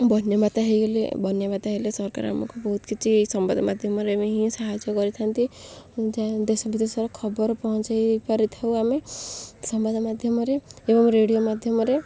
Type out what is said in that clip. ବନ୍ୟାବାତ୍ୟା ହୋଇଗଲେ ବନ୍ୟାବାତ୍ୟା ହେଲେ ସରକାର ଆମକୁ ବହୁତ କିଛି ସମ୍ବାଦ ମାଧ୍ୟମରେ ହିଁ ସାହାଯ୍ୟ କରିଥାନ୍ତି ଦେଶ ବିଦେଶର ଖବର ପହଞ୍ଚେଇ ପାରିଥାଉ ଆମେ ସମ୍ବାଦ ମାଧ୍ୟମରେ ଏବଂ ରେଡିଓ ମାଧ୍ୟମରେ